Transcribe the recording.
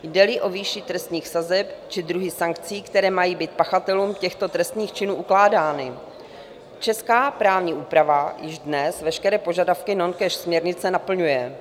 Jdeli o výši trestních sazeb či druhy sankcí, které mají být pachatelům těchto trestných činů ukládány, česká právní úprava již dnes veškeré požadavky noncash směrnice naplňuje.